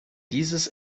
dieses